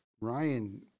Ryan